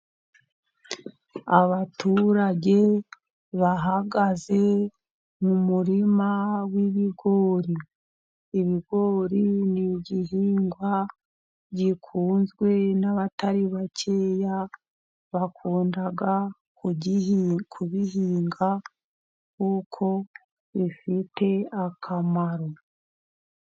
Abaturage bahagaze mu murima w'ibigori. Ibigori ni Igihingwa gikunzwe n'abatari bakeya, bakunda kubihinga kuko bifite akamaro.